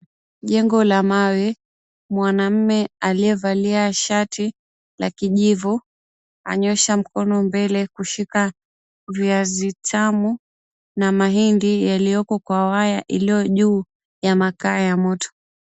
Jengo la mawe, mwanamume aliyevalia shati la kijivu, anyoosha mkono mbele kushika viazi tamu na mahindi yaliyoko kwa waya iliyo juu ya makaa ya moto.